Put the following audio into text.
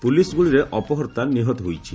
police ଗୁଳିରେ ଅପହର୍ତ୍ତା ନିହତ ହୋଇଛି